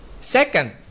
second